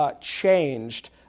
changed